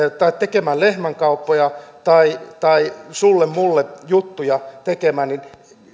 tekemään lehmänkauppoja tai tai sulle mulle juttuja tekemään niin